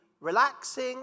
relaxing